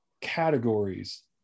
categories